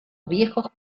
viejos